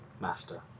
Master